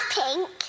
pink